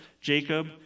Jacob